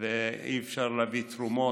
ואי-אפשר להביא תרומות.